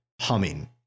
humming